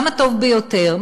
גם הטוב ביותר,